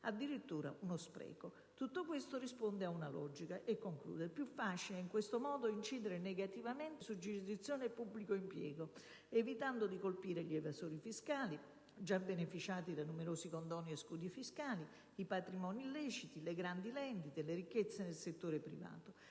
addirittura uno spreco. Tutto ciò risponde ad una logica: è più facile, in questo modo, incidere negativamente su giurisdizione e pubblico impiego, evitando di colpire gli evasori fiscali (già beneficiati da numerosi condoni e scudi fiscali), i patrimoni illeciti, le grandi rendite e le ricchezze del settore privato;